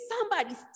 somebody's